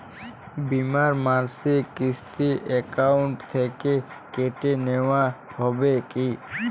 বিমার মাসিক কিস্তি অ্যাকাউন্ট থেকে কেটে নেওয়া হবে কি?